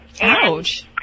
Ouch